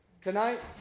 Tonight